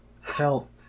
felt